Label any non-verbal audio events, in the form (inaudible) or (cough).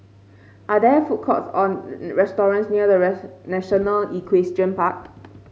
are there food courts or restaurants near The (unintelligible) National Equestrian Park